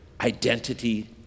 identity